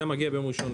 זה מגיע ביום ראשון.